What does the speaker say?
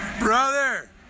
Brother